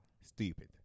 stupid